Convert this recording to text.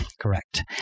Correct